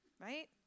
Right